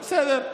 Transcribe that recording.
בסדר.